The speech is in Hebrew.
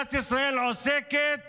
מדינת ישראל עוסקת